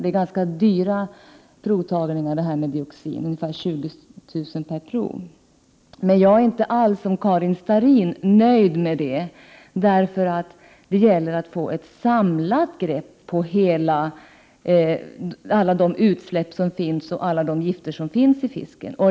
Det är ganska dyra prov med dioxin, 20 000 kr. per prov, men jag är inte alls, som Karin Starrin, nöjd med det. Det gäller att få ett samlat grepp på alla de utsläpp som finns och alla de gifter som finns i fisken.